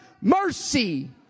mercy